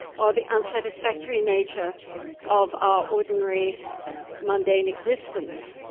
or the unsatisfactory nature of our ordinary mundane existence.